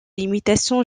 limitations